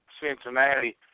Cincinnati